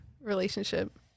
relationship